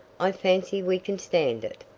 i fancy we can stand it.